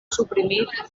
suprimit